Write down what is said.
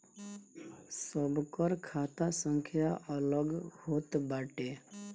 सबकर खाता संख्या अलग होत बाटे